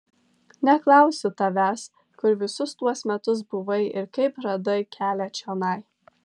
neklausiu tavęs kur visus tuos metus buvai ir kaip radai kelią čionai